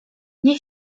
nie